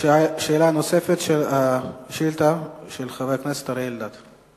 שאילתא נוספת, לחבר הכנסת אריה אלדד.